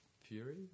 Fury